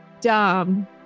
dumb